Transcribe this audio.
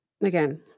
again